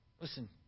Listen